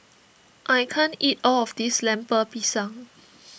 I can't eat all of this Lemper Pisang